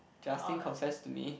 Justin confess to me